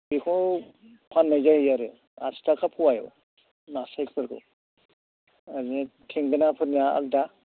बेखौ फाननाय जायो आरो आसिथाखा फवायाव नास्रायफोरखौ आरो थेंगोनाफोरनिया आलादा